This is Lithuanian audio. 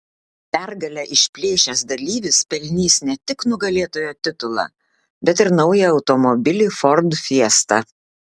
pergalę išplėšęs dalyvis pelnys ne tik nugalėtojo titulą bet ir naują automobilį ford fiesta